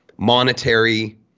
Monetary